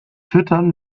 füttern